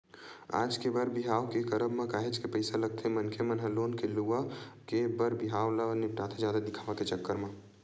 आज के बर बिहाव के करब म काहेच के पइसा लगथे मनखे मन ह लोन ले लुवा के बर बिहाव ल निपटाथे जादा दिखावा के चक्कर म